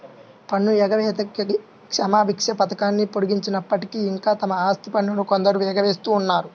పన్ను ఎగవేతకి క్షమాభిక్ష పథకాన్ని పొడిగించినప్పటికీ, ఇంకా తమ ఆస్తి పన్నును కొందరు ఎగవేస్తూనే ఉన్నారు